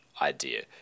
idea